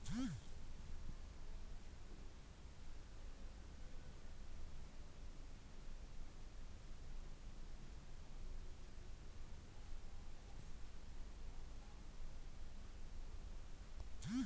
ಚೆಕ್ಕೆಯನ್ನು ಚೆಕ್ಕೆ ಮರದ ತೊಗಟೆಯನ್ನು ಕತ್ತರಿಸಿ ಒಣಗಿಸಿ ಸಣ್ಣ ಸಣ್ಣ ಚೆಕ್ಕೆ ತುಂಡುಗಳಲ್ಲಿ ಮಾರಾಟ ಮಾಡ್ತರೆ